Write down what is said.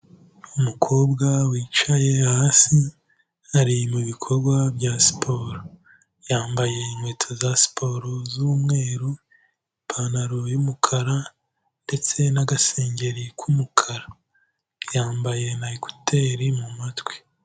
Umukobwa wicaye hasi, ari mu ibikorwa bya siporo, yambaye inkweto za siporo z'umweru, ipantaro y'umukara ndetse n'agasengeri k'umukara, yambaye na ekuteri mu matwi.